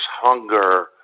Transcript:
hunger